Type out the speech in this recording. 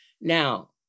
Now